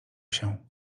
się